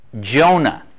Jonah